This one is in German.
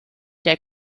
der